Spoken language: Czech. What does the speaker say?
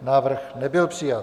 Návrh nebyl přijat.